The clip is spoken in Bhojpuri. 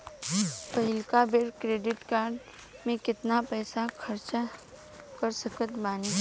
पहिलका बेर क्रेडिट कार्ड से केतना पईसा खर्चा कर सकत बानी?